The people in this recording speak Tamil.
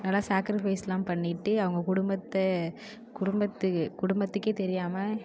நல்லா சேக்ரிஃபைஸ்லாம் பண்ணிவிட்டு அவங்க குடும்பத்தை குடும்பத்துக்கு குடும்பத்துக்கே தெரியாமல்